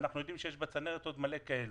ואנחנו יודעים שיש בצנרת עוד הרבה כאלה.